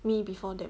me before them